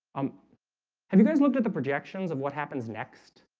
um have you guys looked at the projections of what happens next?